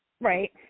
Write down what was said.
Right